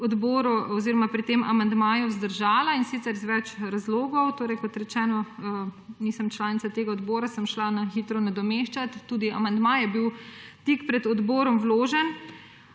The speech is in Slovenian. odboru oziroma pri tem amandmaju vzdržala in sicer iz več razlogov. Torej, kot rečeno, nisem članica tega odbora, sem šla na hitro nadomeščat. Tudi amandma je bil tik pred odborom vložen.